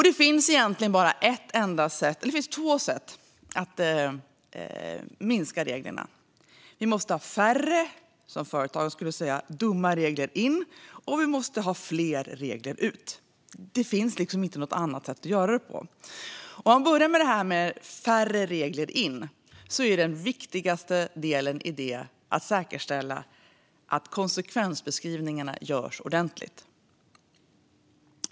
Det finns egentligen bara två sätt att minska mängden regler, nämligen färre dumma regler in, som företagen säger, och fler regler ut. Det finns inte något annat sätt att göra detta på. Låt mig börja med färre regler in. Den viktigaste delen i detta är att säkerställa att konsekvensbeskrivningarna görs ordentligt.